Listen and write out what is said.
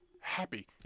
Happy